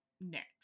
next